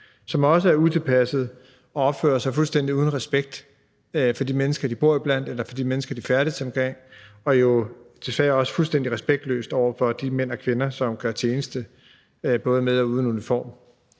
som også er utilpassede og opfører sig fuldstændig uden respekt for de mennesker, de bor iblandt, eller for de mennesker, de færdes imellem, og jo desværre også fuldstændig respektløst over for de mænd og kvinder, som gør tjeneste, både med og uden uniform.